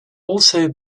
also